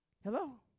Hello